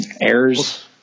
Errors